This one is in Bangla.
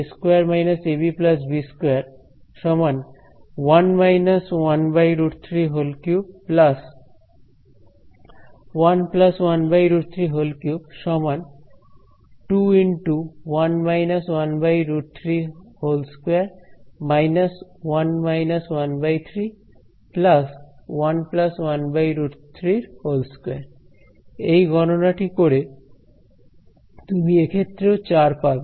সুতরাং a3 b3 a ba2 − ab b2 ⇒ 1 − 1√33 1 1√33 21 − 1√32 − 1 − 13 1 1√32 এই গণনা টি করে তুমি এক্ষেত্রেও 4 পাবে